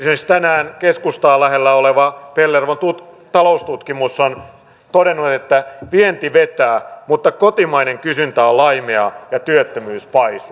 nimittäin tänään keskustaa lähellä oleva pellervon taloustutkimus on todennut että vienti vetää mutta kotimainen kysyntä on laimeaa ja työttömyys paisuu